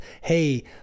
Hey